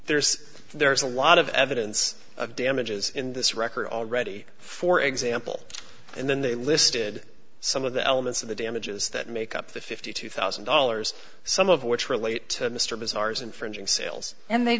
there is there is a lot of evidence of damages in this record already for example and then they listed some of the elements of the damages that make up the fifty two thousand dollars some of which relate to mr bazaars infringing sales and they